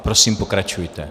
Prosím, pokračujte.